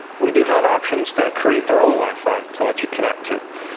we do have options that create their own wi-fi to let you connect to.